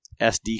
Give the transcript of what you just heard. SD